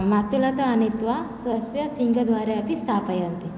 मातुलतः आनीय स्वस्य सिङ्घद्वारेऽपि स्थापयन्ति